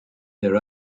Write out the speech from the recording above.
their